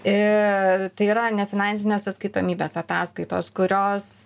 i tai yra nefinansinės atskaitomybės ataskaitos kurios